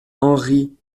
henri